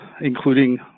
including